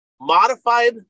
modified